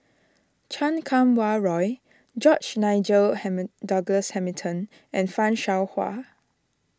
Chan Kum Wah Roy George Nigel ham Douglas Hamilton and Fan Shao Hua